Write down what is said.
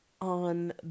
on